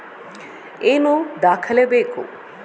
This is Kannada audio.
ಏನು ದಾಖಲೆ ಬೇಕು?